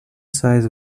size